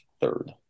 third